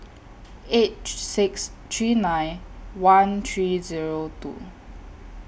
eight six three nine one three Zero two